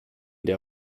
der